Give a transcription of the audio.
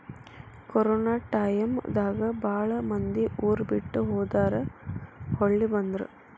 corona time ದಾಗ ಬಾಳ ಮಂದಿ ಊರ ಬಿಟ್ಟ ಹೊದಾರ ಹೊಳ್ಳಿ ಬಂದ್ರ